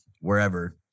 wherever